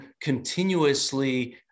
continuously